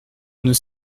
nos